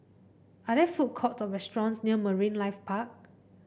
are there food courts or restaurants near Marine Life Park